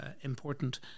important